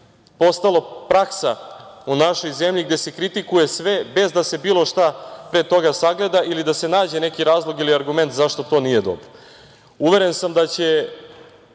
postalo praksa u našoj zemlji gde se kritikuje sve bez da se bilo šta pre toga sagleda ili da se nađe neki razlog ili argument zašto to nije dobro. Uveren sam da će